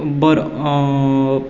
बरो